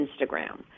Instagram